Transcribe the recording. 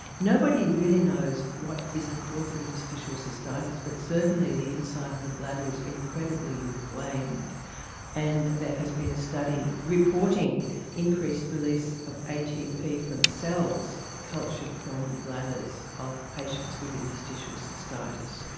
nobody really knows what is the cause of interstitial cystitis but certainly the inside of the bladder is incredibly inflamed and there has been a study reporting increased release of atp from cells cultured from bladders of patients with interstitial cystitis.